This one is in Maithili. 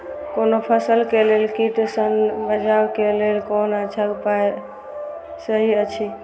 कोनो फसल के लेल कीट सँ बचाव के लेल कोन अच्छा उपाय सहि अछि?